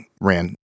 ran